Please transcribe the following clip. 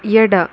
ಎಡ